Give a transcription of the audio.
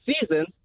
seasons